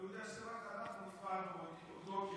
אני יודע שרק אנחנו הפעלנו אותו,